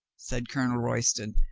said colonel royston.